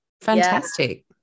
fantastic